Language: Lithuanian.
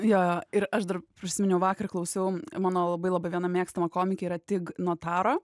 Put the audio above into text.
jo ir aš dar prisiminiau vakar klausiau mano labai labai viena mėgstama komikė yra tig notaro